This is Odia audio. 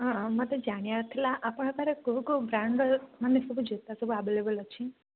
ହଁ ମୋତେ ଜାଣିବାର ଥିଲା ଆପଣଙ୍କ ପାଖରେ କେଉଁ କେଉଁ ବ୍ରାଣ୍ଡ ର ମାନେ ଜୋତା ସବୁ ଅଭେଲେବୁଲ ଅଛି